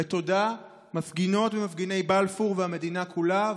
בתודה, מפגיני ומפגינות בלפור והמדינה כולה.